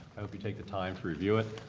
i hope you take the time to review it.